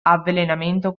avvelenamento